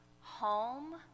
home